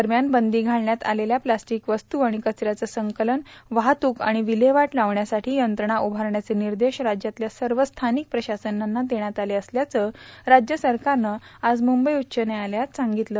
दरम्यान बंदी घालण्यात आलेल्या प्लास्टिक वस्तू आणि कचऱ्याचं संकलन वाहतूक आणि विल्हेवाट लावण्यासाठी यंत्रणा उभारण्याचे निर्देश राज्यातल्या सर्व स्थानिक प्रशासनांना देण्यात आले असल्याचं राज्य सरकारनं आज मुंबई उच्च न्यायालयात सांगितलं